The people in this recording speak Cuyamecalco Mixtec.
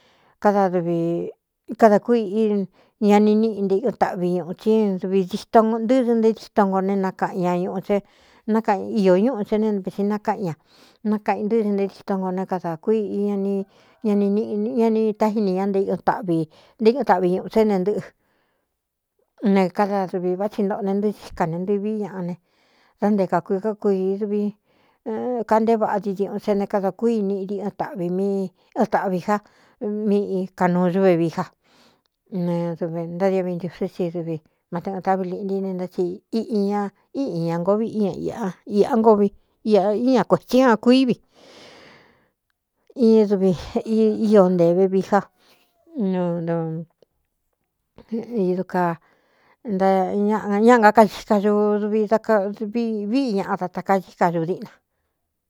Kada dvi kadā kui í ña ni níꞌi nteɨn taꞌvi ñuꞌutsí dvi dsito ntɨ́dɨn ntéé tsito ngo ne nakaꞌin ña ñuꞌu sé nákaꞌin iō ñúꞌu sen ne vi si nakaꞌin ña nákaꞌin ntɨ́dɨn nteé tsiton ngo né kadā kui ña ni tái ni ñá nenté kɨɨn taꞌvi ñuꞌū sén ne ntɨ́ꞌɨ ne kada duvī vá tsi ntoꞌo ne ntɨɨ sika ne ntɨví ñaꞌa ne dá nté kākui kákui duvi kantéé vaꞌa tsi ñuꞌu se ne kadā kúiniꞌndiɨn taꞌvi m ɨn tāꞌvī já míi kanuu ñúvevií ja ne duvi ntádiovi ntiusí si dɨvi máte ꞌɨɨn taꞌvi liꞌnti ine ntá ti iꞌi ña íꞌi ña ngoo viꞌ iña iꞌa ngo vi íña kuētsi an kuí vi in duvi íō ntē vevi já n noiduka nta ñañaꞌ gakai kañu duvi dá kadvi víꞌi ñaꞌa da ta kaika ñu diꞌna.